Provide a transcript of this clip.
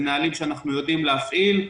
אלה נהלים שאנחנו יודעים להפעיל.